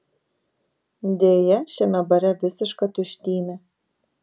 deja šiame bare visiška tuštymė